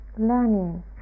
learning